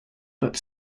but